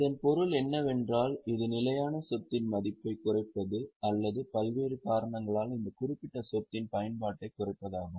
இதன் பொருள் என்னவென்றால் இது நிலையான சொத்தின் மதிப்பைக் குறைப்பது அல்லது பல்வேறு காரணங்களால் அந்த குறிப்பிட்ட சொத்தின் பயன்பாட்டைக் குறைப்பதாகும்